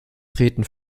treten